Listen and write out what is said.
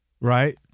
Right